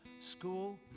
school